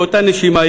באותה נשימה,